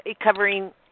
covering